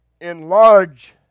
Enlarge